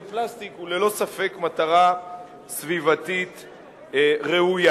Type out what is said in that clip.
פלסטיק הוא ללא ספק מטרה סביבתית ראויה.